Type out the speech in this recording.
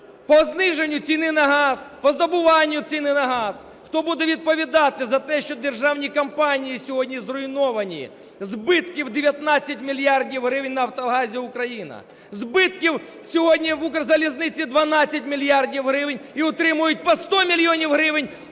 по зниженню ціни на газ, по здобуванню ціни на газ? Хто буде відповідати за те, що державні компанії сьогодні зруйновані? Збитки в 19 мільярдів гривень в Нафтогазі України. Збитки сьогодні в Укрзалізниці 12 мільярдів гривень. І отримують по 100 мільйонів гривень